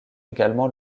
également